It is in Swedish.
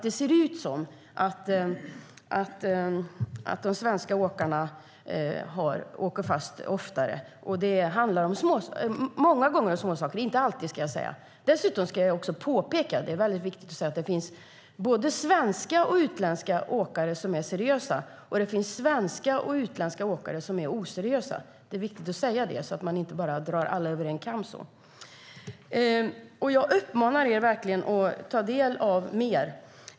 Det ser nämligen ut som att de svenska åkarna åker fast oftare. Det handlar många gånger om småsaker - men inte alltid, ska jag säga. Dessutom ska jag också påpeka - det är väldigt viktigt att säga - att det finns både svenska och utländska åkare som är seriösa, och det finns svenska och utländska åkare som är oseriösa. Det är viktigt att säga det så att man inte bara drar alla över en kam. Jag uppmanar er verkligen att ta del av mer.